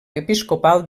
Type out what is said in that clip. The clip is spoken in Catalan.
episcopal